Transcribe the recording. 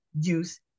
use